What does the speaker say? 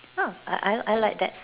!huh! I I I like that